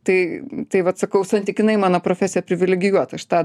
tai tai vat sakau santykinai mano profesija privilegijuota aš tą